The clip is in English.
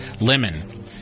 Lemon